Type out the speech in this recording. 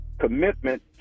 commitment